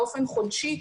באופן חודשי,